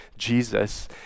Jesus